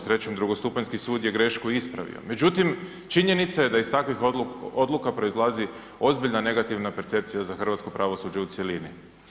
Srećom drugostupanjski sud je grešku ispravio, međutim činjenica da iz takvih odluka proizlazi ozbiljna negativna percepcija za hrvatsko pravosuđe u cjelini.